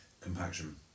compaction